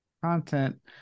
Content